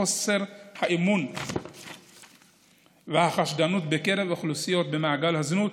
חוסר האמון והחשדנות בקרב אוכלוסיות במעגל הזנות,